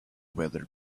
weather